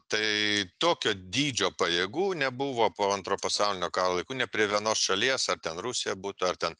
tai tokio dydžio pajėgų nebuvo po antro pasaulinio karo laikų nė prie vienos šalies ar ten rusija būtų ar ten